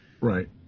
Right